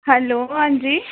hello हां जी